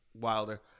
Wilder